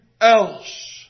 else